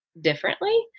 differently